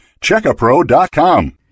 Checkapro.com